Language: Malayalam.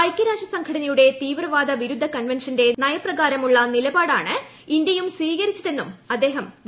ഐക്യരാഷ്ട്രസംഘടനയുടെ തീവ്രവാദ വിരുദ്ധ കൺവെൻഷൻ്റെ നയപ്രകാരമുള്ള നിലപാടാണ് ഇന്ത്യയും സ്വീകരിച്ചതെന്നും അദ്ദേഹം വ്യക്തമാക്കി